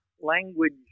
language